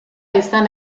izan